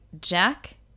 Jack